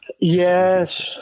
Yes